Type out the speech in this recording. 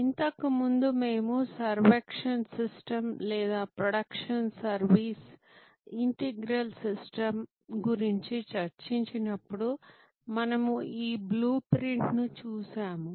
ఇంతకుముందు మేము servuction system లేదా ప్రొడక్ట్ సర్వీస్ ఇంటిగ్రల్ సిస్టమ్ గురించి చర్చించినప్పుడు మనము ఈ బ్లూ ప్రింట్ను చూశాము